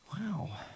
Wow